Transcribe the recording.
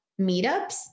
meetups